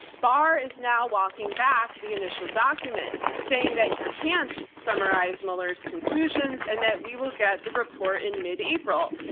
barr is now walking back the initial document saying that he can't summarize mueller's conclusions and that we will get the report in mid april.